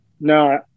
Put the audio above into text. No